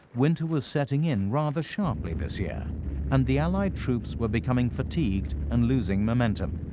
winter was setting in rather sharply this year and the allied troops were becoming fatigued and losing momentum.